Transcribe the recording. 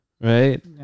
right